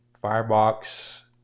firebox